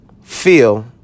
feel